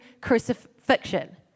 crucifixion